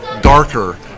darker